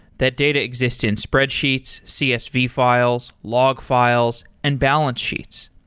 that data exists in spreadsheets, csv files, log files and balance sheets.